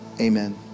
Amen